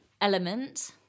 element